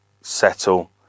settle